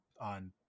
on